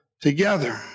together